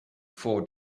four